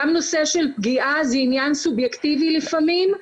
גם נושא של פגיעה זה עניין סובייקטיבי לפעמים.